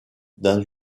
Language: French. dans